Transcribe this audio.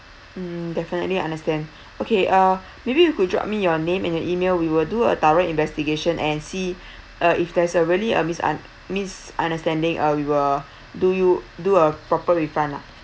mm definitely understand okay uh maybe you could drop me your name and your email we will do a thorough investigation and see uh if there's a really a un~ misunderstanding uh we will do you do a proper refund lah